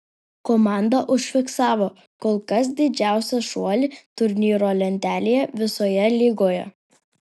komanda užfiksavo kol kas didžiausią šuolį turnyro lentelėje visoje lygoje